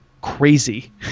crazy